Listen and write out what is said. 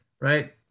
Right